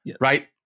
Right